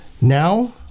Now